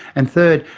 and third,